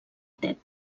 tet